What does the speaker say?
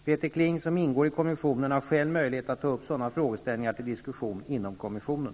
Peter Kling, som ingår i kommissionen, har själv möjlighet att ta upp sådana frågeställningar till diskussion inom kommissionen.